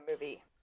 movie